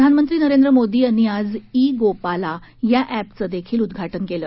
प्रधानमंत्री नरेंद्र मोदी यांनी आज इ गोपाला या अँपचं देखील उद्घाटन केलं